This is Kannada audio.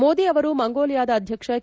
ಮೋದಿ ಅವರು ಮಂಗೋಲಿಯಾದ ಅಧ್ಯಕ್ಷ ಕೆ